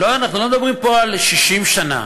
לא, אנחנו לא מדברים פה על 60 שנה,